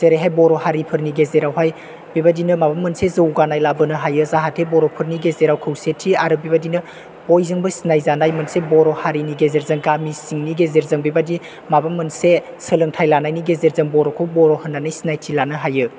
जेरैहाय बर' हारिफोरनि गेजेरावहाय बेबायदिनो माबा मोनसे जौगानाय लाबोनो हायो जाहाथे बर'फोरनि गेजेराव खौसेथि आरो बेबायदिनो बयजोंबो सिनाय जानाय मोनसे बर' हारिनि गेजेरजों गामि सिंनि गेजेरजों बेबायदि माबा मोनसे सोलोंथाइ लानायनि गेजेरजों बर'खौ बर' होननानै सिनायथि लानो हायो